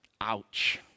Ouch